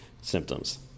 symptoms